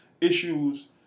issues